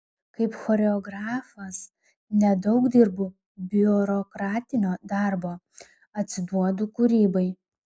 kaip choreografas nedaug dirbu biurokratinio darbo atsiduodu kūrybai